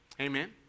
Amen